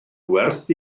werth